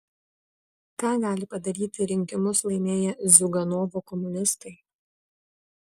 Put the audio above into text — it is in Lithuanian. ką gali padaryti rinkimus laimėję ziuganovo komunistai